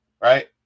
Right